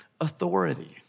authority